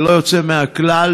ללא יוצא מן הכלל,